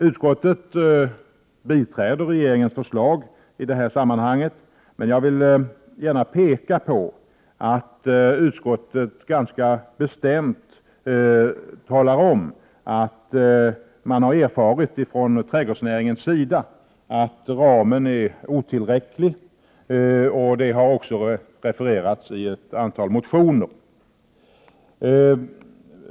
Utskottet har tillstyrkt regeringens förslag, men jag vill gärna peka på att utskottet ganska bestämt talar om att man från trädgårdsnäringens sida har erfarit att ramen är otillräcklig, vilket också har framhållits i ett antal motioner.